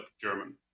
German